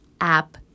app